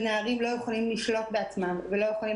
והוא שנערים לא יכולים לשלוט בעצמם ולא יכולים